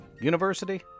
university